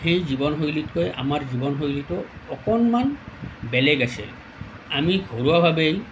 সেই জীৱন শৈলীতকৈ আমাৰ জীৱন শৈলীটো অকণমান বেলেগ আছিল আমি ঘৰুৱাভাৱেই